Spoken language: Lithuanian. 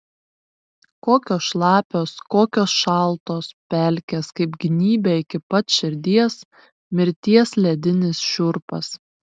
kokios šlapios kokios šaltos pelkės kaip gnybia iki pat širdies mirties ledinis šiurpas